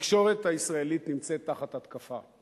התקשורת הישראלית נמצאת תחת התקפה.